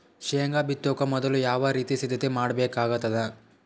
ಶೇಂಗಾ ಬಿತ್ತೊಕ ಮೊದಲು ಯಾವ ರೀತಿ ಸಿದ್ಧತೆ ಮಾಡ್ಬೇಕಾಗತದ?